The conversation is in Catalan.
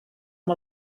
amb